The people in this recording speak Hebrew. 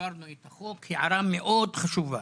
כשהעברנו את החוק הערה מאוד חשובה.